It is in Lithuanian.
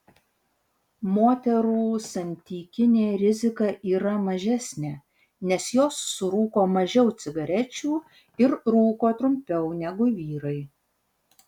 moterų santykinė rizika yra mažesnė nes jos surūko mažiau cigarečių ir rūko trumpiau negu vyrai